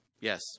Yes